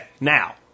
now